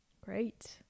Great